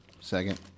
Second